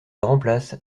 remplace